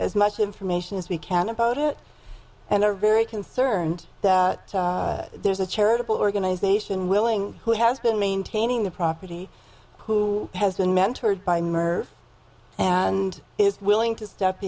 as much information as we can about it and are very concerned that there's a charitable organization willing who has been maintaining the property has been mentored by murphy and is willing to step